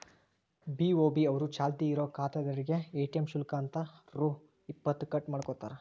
BOB ಅವರು ಚಾಲ್ತಿ ಇರೋ ಖಾತಾದಾರ್ರೇಗೆ ಎ.ಟಿ.ಎಂ ಶುಲ್ಕ ಅಂತ ರೊ ಇಪ್ಪತ್ತು ಕಟ್ ಮಾಡ್ಕೋತಾರ